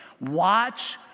watch